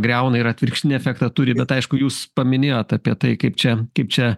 griauna ir atvirkštinį efektą turi bet aišku jūs paminėjot apie tai kaip čia kaip čia